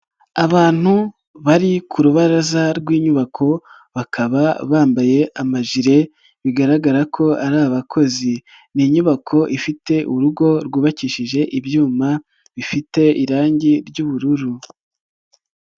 Abantu bari ku rubaraza rw'inyubako, bakaba bambaye amajire bigaragara ko ari abakozi, ni inyubako ifite urugo rwubakishije ibyuma bifite irangi ry'ubururu.